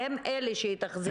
והם אלה שיתחזקו את ההבראה.